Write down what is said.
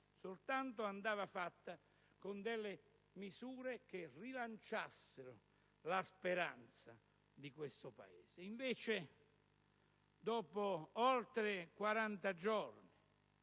la manovra andava fatta, ma con delle misure che rilanciassero la speranza di questo Paese. Invece, dopo oltre 40 giorni,